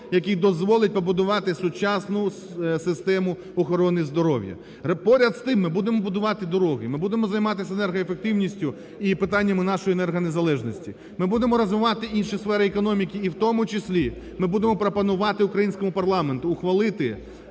який дозволить побудувати сучасну систему охорони здоров'я. Поряд з тим ми будемо будувати дороги, ми будемо займатися енергоефективністю і питаннями нашої енергонезалежності, ми будемо розвивати інші сфери економіки, і в тому числі, ми будемо пропонувати українському парламенту ухвалити